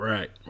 Right